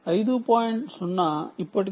0 ఇప్పటికే వస్తోంది